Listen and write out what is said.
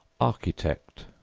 architect,